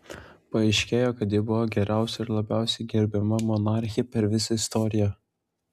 paaiškėjo kad ji buvo geriausia ir labiausiai gerbiama monarchė per visą istoriją